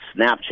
Snapchat